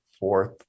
fourth